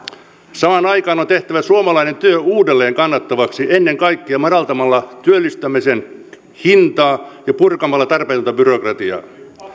samaan aikaan on tehtävä suomalainen työ uudelleen kannattavaksi ennen kaikkea madaltamalla työllistämisen hintaa ja purkamalla tarpeetonta byrokratiaa